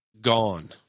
Gone